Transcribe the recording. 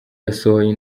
yasohoye